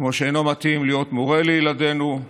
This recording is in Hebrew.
כמו שאינו מתאים להיות מורה לילדינו,